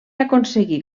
aconseguir